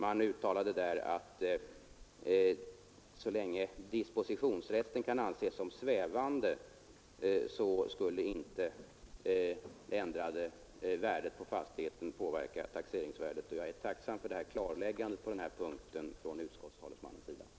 Man uttalade i propositionen att så länge dispositionsrätten kan anses som svävande skulle inte det ändrade värdet på fastigheten påverka taxeringsvärdet. Jag är tacksam för klarläggandet på denna punkt från utskottets talesman.